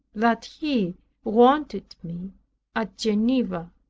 that he wanted me at geneva.